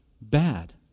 bad